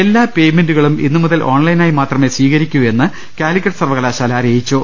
എല്ലാ പെയ്മെന്റുകളും ഇന്നുമുതൽ ഓൺലൈനായി മാത്രമേ സ്വീക രിക്കൂ എന്ന് കാലിക്കറ്റ് സർവകലാശാല അറിയിച്ചു